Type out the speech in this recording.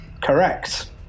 Correct